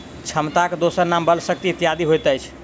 क्षमताक दोसर नाम बल, शक्ति इत्यादि होइत अछि